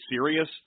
serious